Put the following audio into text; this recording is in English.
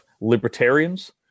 libertarians